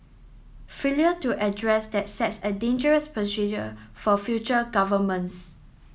failure to address that sets a dangerous for future governments